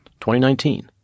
2019